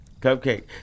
Cupcake